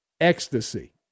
ecstasy